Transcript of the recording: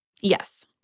Yes